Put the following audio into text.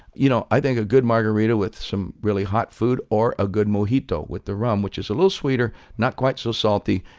you know i think a good margarita with some really hot food or a good mojito with the rum, which is a little sweeter and not quite so salty.